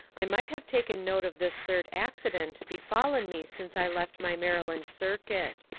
i might have taken note of this third accident be fallen me since i left my maryland circuit.